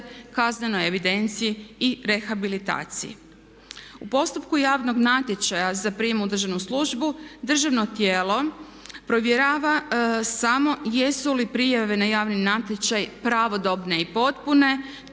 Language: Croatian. kaznenoj evidenciji i rehabilitaciji. U postupku javnog natječaja za prijem u državnu službu državno tijelo provjerava samo jesu li prijave na javni natječaj pravodobne i potpune